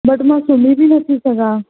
but मां सुम्ही बि नथी सघां